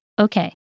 Okay